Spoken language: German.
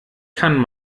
kann